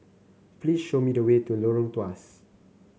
please show me the way to Lorong Tawas